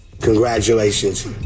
Congratulations